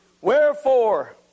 Wherefore